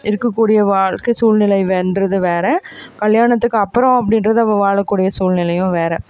இருக்கக்கூடிய வாழ்க்கை சூழ்நிலைன்றது வேறு கல்யாணத்துக்கு அப்புறம் அப்படின்றது அவள் வாழக்கூடிய சூழ்நிலையும் வேறு